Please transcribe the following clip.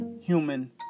human